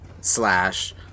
slash